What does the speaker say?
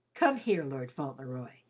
come here, lord fauntleroy,